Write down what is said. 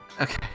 Okay